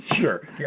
Sure